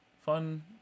Fun